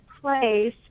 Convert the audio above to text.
place